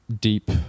deep